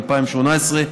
התשע"ח 2018,